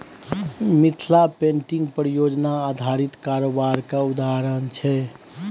Mithila painting परियोजना आधारित कारोबार केर उदाहरण छै